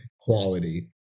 quality